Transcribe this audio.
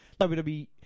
WWE